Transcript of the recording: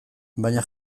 baina